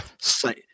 say